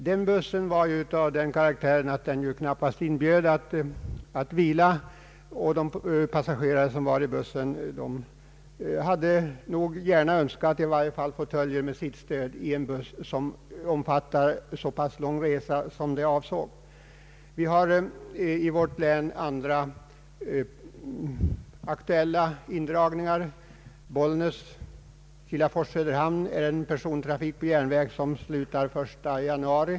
Den bussen var sådan att den knappast inbjöd till vila, och passagerarna i bussen hade nog gärna önskat i varje fall fåtöljer med nackstöd eftersom det gällde en så pass lång resa. Vi har i vårt län aktuella indragningar. Bollnäs—Kilafors—Söderhamn är en linje där persontrafiken upphör 1 januari.